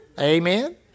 Amen